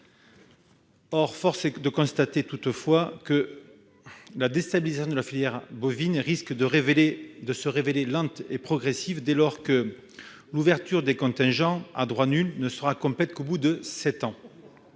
». Force est de le constater, la déstabilisation de la filière bovine risque de se révéler lente et progressive, dès lors que l'ouverture des contingents à droit nul ne sera complète qu'au bout de sept ans.